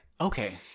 Okay